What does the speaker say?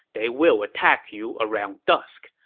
they will attack you around dusk.